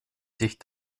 sich